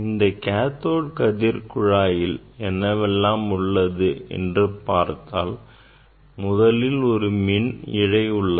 இந்த கேத்தோடு கதிர் குழாயில் என்னவெல்லாம் உள்ளது என்று பார்த்தால் முதலில் ஒரு மின் இழை உள்ளது